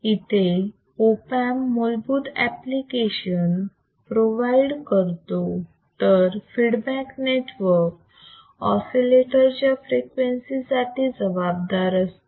इथे op amp मूलभूत amplification provide करतो तर फीडबॅक नेटवर्क ऑसिलेटर च्या फ्रिक्वेन्सी साठी जबाबदार असतो